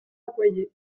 accoyer